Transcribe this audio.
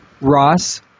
Ross